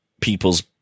People's